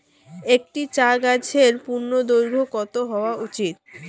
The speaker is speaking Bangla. একটি চা গাছের পূর্ণদৈর্ঘ্য কত হওয়া উচিৎ?